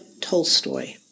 Tolstoy